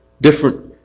different